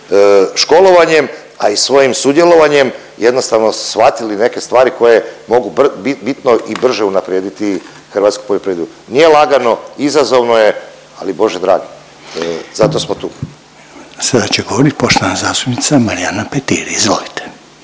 školovanjem, a i svojim sudjelovanjem jednostavno shvatili neke stvari koje mogu bitno i brže unaprijediti hrvatsku poljoprivredu. Nije lagano, izazovno je, ali bože dragi zato smo tu. **Reiner, Željko (HDZ)** Sada će govorit poštovana zastupnica Marijana Petir, izvolite.